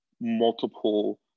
multiple